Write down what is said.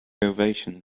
ovations